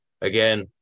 again